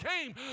came